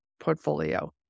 portfolio